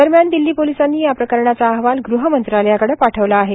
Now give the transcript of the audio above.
दरम्यान दिल्ली पोलिसांनी या प्रकरणाचा अहवाल गृहमंत्रालयाकडं पाठविला आहे